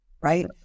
Right